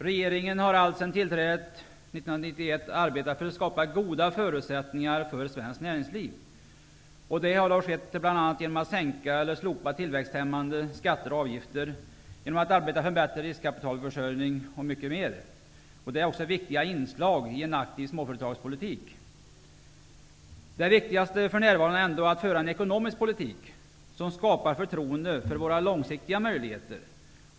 Regeringen har alltsedan den tillträdde 1991 arbetat för att skapa goda förutsättningar för svenskt näringsliv, bl.a. genom att sänka eller slopa tillväxthämmande skatter och avgifter och genom att arbeta för en bättre riskkapitalförsörjning. Detta är också viktiga inslag i en aktiv småföretagspolitik. Det viktigaste för närvarande är ändå att man för en ekonomisk politik som skapar förtroende för våra långsiktiga möjligheter.